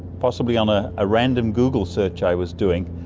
possibly on a ah random google search i was doing,